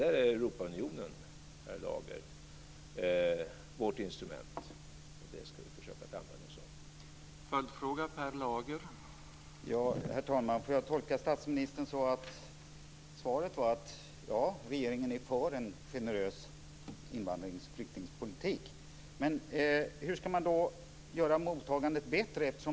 Där är Europaunionen vårt instrument, Per Lager, och det ska vi försöka att använda oss av.